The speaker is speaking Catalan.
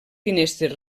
finestres